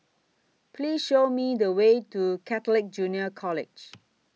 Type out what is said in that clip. Please Show Me The Way to Catholic Junior College